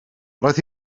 roedd